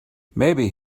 maybe